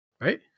right